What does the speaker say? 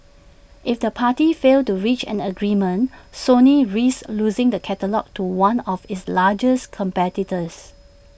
if the parties fail to reach an agreement Sony risks losing the catalogue to one of its largest competitors